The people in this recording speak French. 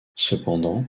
cependant